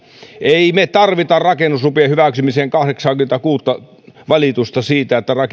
emme me tarvitse rakennuslupien hyväksymiseen kahdeksaakymmentäkuutta valitusta siitä